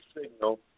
signal